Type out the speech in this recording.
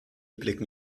blicken